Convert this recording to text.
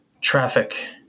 Traffic